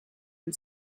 and